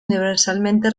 universalmente